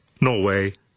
Norway